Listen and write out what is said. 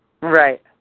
Right